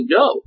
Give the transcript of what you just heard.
go